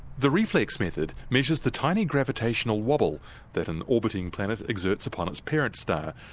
the reflex method measures the tiny gravitational wobble that an orbiting planet exerts upon its parent star.